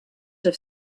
have